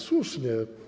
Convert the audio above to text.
Słusznie.